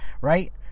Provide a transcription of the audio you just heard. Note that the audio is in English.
Right